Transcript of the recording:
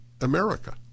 America